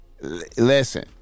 listen